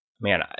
man